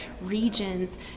regions